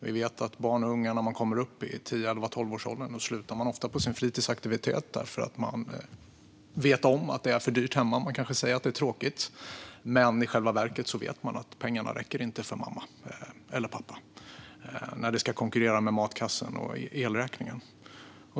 Vi vet att barn i 10-12-årsåldern ofta slutar på sin fritidsaktivitet för att de vet att det är för dyrt. De kanske säger att det är tråkigt, men i själva verket vet de att pengarna inte räcker för mamma eller pappa när aktiviteten konkurrerar med matkassen och elräkningen.